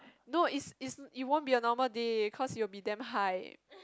no is is it won't be a normal day cause it will be damn high